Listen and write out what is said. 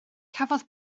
cafodd